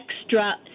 extra